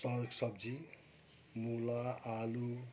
साग सब्जी मूला आलु